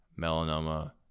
melanoma